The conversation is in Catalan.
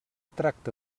tracta